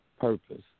purpose